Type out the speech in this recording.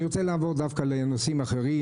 אני רוצה לעבור דווקא לנושאים אחרים